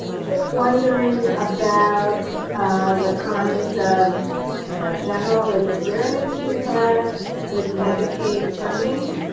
just wondering about the kinds of general experience you've had with medicaid funding